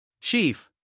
Chief